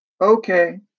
Okay